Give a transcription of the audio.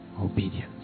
Obedience